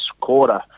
quarter